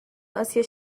اسیا